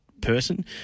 person